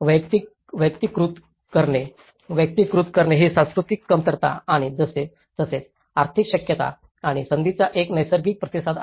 वैयक्तिकृत करणे वैयक्तिकृत करणे ही सांस्कृतिक कमतरता आणि तसेच आर्थिक शक्यता आणि संधींचा एक नैसर्गिक प्रतिसाद आहे